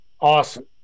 Awesome